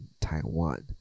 Taiwan